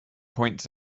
points